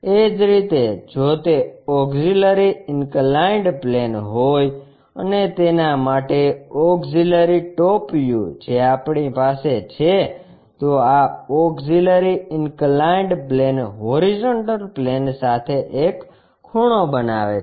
એ જ રીતે જો તે ઓક્ષીલરી ઇન્કલાઇન્ડ પ્લેન હોય અને તેના માટે ઓક્ષીલરી ટોપ વ્યુ જે આપણી પાસે છે તો આ auxiliary inclined plane horizontal plane સાથે એક ખૂણો બનાવે છે